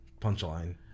punchline